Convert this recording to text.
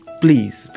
please